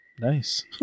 Nice